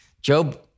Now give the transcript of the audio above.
Job